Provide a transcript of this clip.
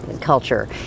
culture